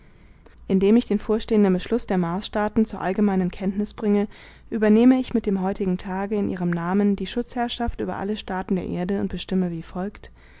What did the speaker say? indem ich den vorstehenden beschluß der marsstaaten zur allgemeinen kenntnis bringe übernehme ich mit dem heutigen tage in ihrem namen die schutzherrschaft über alle staaten der erde und bestimme wie folgt